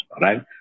right